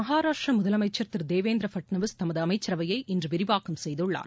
மகாராஷ்ட்ர முதலமைச்சர் திரு தேவேந்திர ஃபட்நவீஸ் தமது அமைச்சரவையை இன்று விரிவாக்கம் செய்துள்ளார்